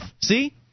See